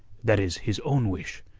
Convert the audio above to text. that is his own wish.